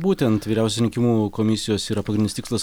būtent vyriausios rinkimų komisijos yra pagrindinis tikslas